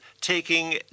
taking